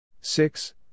six